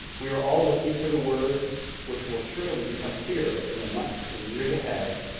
we are all looking for the words which will surely become clear in the months and years ahead,